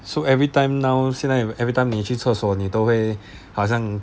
so every time now 现在 you every time 你去厕所你都会好像